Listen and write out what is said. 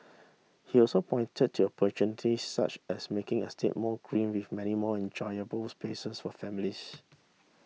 he also pointed to opportunities such as making estates more green with many more enjoyable spaces for families